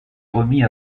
remis